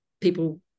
people